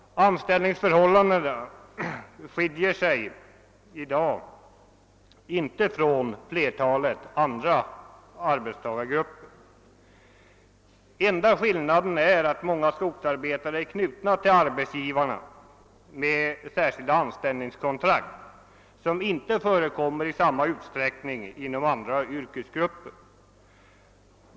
Anställningsförhållandena inom skogsbruket skiljer sig i dag inte från förhållandena inom flertalet andra yrkesgrupper. Enda skillnaden är att många skogsarbetare är knutna till arbetsgivaren med särskilda anställningskontrakt, vilket inte förekommer i samma utsträckning inom andra yrkesgrupper.